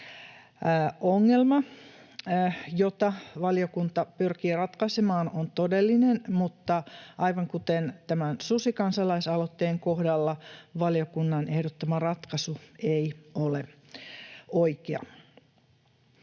Ongelma, jota valiokunta pyrkii ratkaisemaan, on todellinen, mutta aivan kuten susikansalaisaloitteenkin kohdalla, valiokunnan ehdottama ratkaisu ei ole oikea.